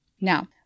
Now